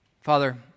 Father